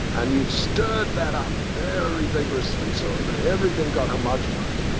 and you stirred that up very vigorously so that everything got homogenised,